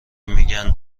میگن